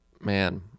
man